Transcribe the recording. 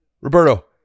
Roberto